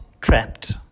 trapped